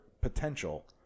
potential